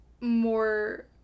more